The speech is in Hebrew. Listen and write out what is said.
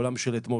'העולם של אתמול',